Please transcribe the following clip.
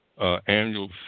annual